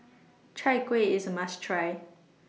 Chai Kuih IS A must Try